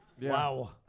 Wow